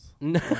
no